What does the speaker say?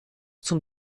zum